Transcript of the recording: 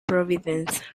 providence